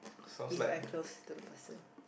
if I close to the person